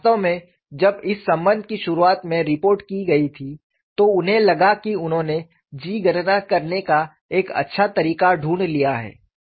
और वास्तव में जब इस संबंध की शुरुआत में रिपोर्ट की गई थी तो उन्हें लगा कि उन्होंने G गणना करने का एक अच्छा तरीका ढूंढ लिया है